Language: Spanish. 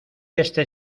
este